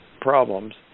problems